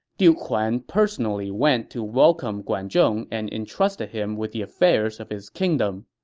duke huan personally went to welcome guan zhong and entrusted him with the affairs of his kingdom.